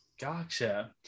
Gotcha